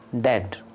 dead